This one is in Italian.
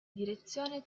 direzione